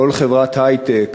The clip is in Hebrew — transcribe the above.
כל חברת היי-טק